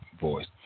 voice